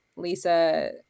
Lisa